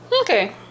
Okay